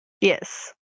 yes